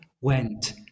went